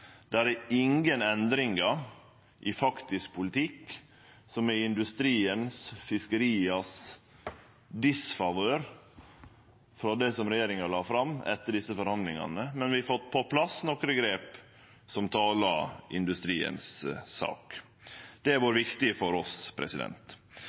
er ingen endringar i faktisk politikk som er i disfavør for industrien og fiskeria, frå det regjeringa la fram etter desse forhandlingane, men vi har fått på plass nokre grep som talar industrien si sak. Det har